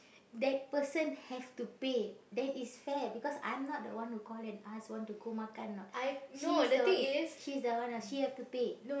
that person have to pay that is fair because I'm not the one who call and ask want to go makan or not she's the if she's the one uh she has to pay